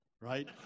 right